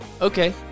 okay